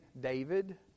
David